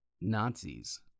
Nazis